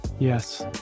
Yes